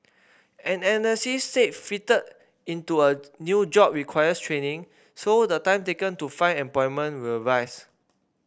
an analyst said into a new job requires training so the time taken to find employment will rise